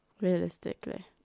Realistically